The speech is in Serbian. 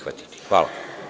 Hvala.